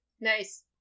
Nice